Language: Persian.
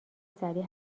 سریع